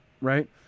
Right